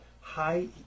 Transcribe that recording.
high